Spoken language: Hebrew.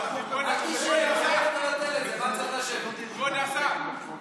ואמרתי לך ואמרנו: בוא נשב, בוא נדבר על הנושא.